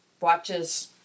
watches